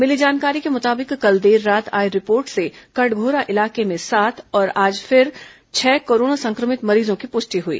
मिली जानकारी के मुताबिक कल देर रात आई रिपोर्ट से कटघोरा इलाके में सात और फिर आज छह कोरोना संक्रमित मरीजों की पुष्टि हुई